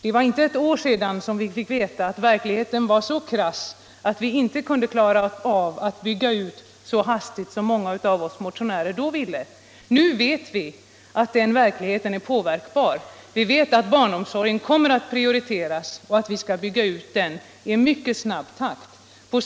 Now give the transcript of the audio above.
Det var inte ett år sedan som vi fick veta att verkligheten var så krass att vi inte kunde klara av att bygga ut barnomsorgen så hastigt som många av oss motionärer då ville. Nu vet vi att den verkligheten är påverkbar, vi vet att barnomsorgen kommer att prioriteras och att vi skall bygga ut den i mycket snabb takt under de närmaste åren.